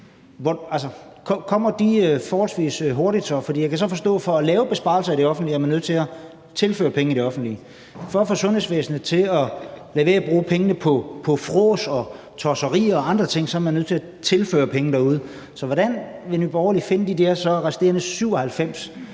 For jeg kan så forstå, at for at lave besparelser i det offentlige er man nødt til at tilføre det offentlige penge. For at få sundhedsvæsenet til at lade være med at bruge pengene på frås og tosserier og andre ting er man nødt til at tilføre penge derude. Så hvordan vil Nye Borgerlige finde de der resterende 97